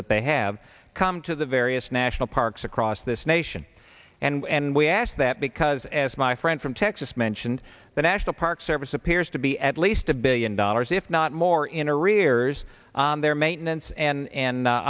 that they have come to the various national parks across this nation and we asked that because as my friend from texas mentioned the national park service appears to be at least a billion dollars if not more in a rear view their maintenance and